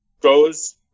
goes